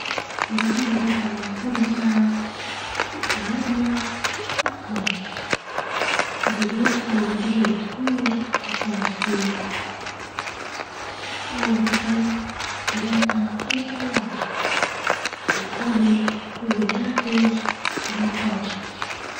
ممكن تمشي حوالي من خمستاش إلى عشرين كيلومتر في اليوم الواحد وازا كانت الارض مستوية ومريحة بس طبعا مع فترات راحة. بس نحب المشي هلبا وفي بردو فترات راحة نريح فيها باش منتعبش